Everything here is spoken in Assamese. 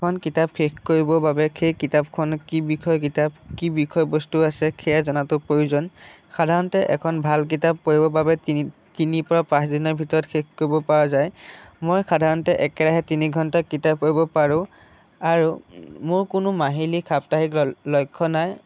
এখন কিতাপ শেষ কৰিবৰ বাবে সেই কিতাপখন কি বিষয়ৰ কিতাপ কি বিষয়বস্তু আছে সেইয়া জনাতো প্ৰয়োজন সাধাৰণতে এখন ভাল কিতাপ পঢ়িবৰ বাবে তিনি তিনিৰ পৰা পাঁচ দিনৰ ভিতৰত শেষ কৰিব পৰা যায় মই সাধাৰণতে একেৰাহে তিনি ঘণ্টা কিতাপ পঢ়িব পাৰোঁ আৰু মোৰ কোনো মাহিলি সাপ্তাহিক লক্ষ্য নাই